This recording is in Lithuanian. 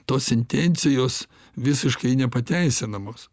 tos intencijos visiškai nepateisinamos